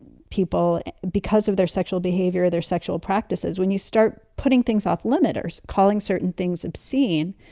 people because of their sexual behavior, their sexual practices. when you start putting things off limiters, calling certain things obscene.